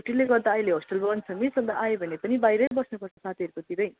छुट्टीले गर्दा अहिले होस्टेल बन्द छ मिस अन्त आयो भने पनि बाहिरै बस्नुपर्छ साथीहरूकोतिरै